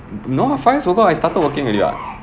no ah fines also I started working already [what]